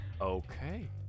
Okay